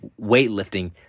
weightlifting